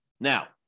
Now